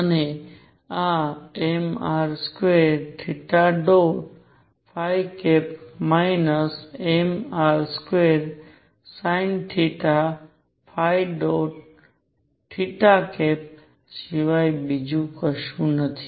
અને આ mr2 mr2sinθ સિવાય બીજું કઈ નથી